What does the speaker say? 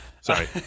Sorry